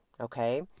okay